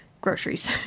groceries